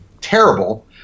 terrible